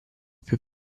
più